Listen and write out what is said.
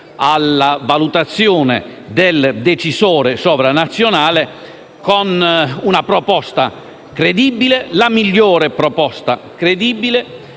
alla valutazione del decisore sovranazionale con una proposta credibile, la migliore possibile,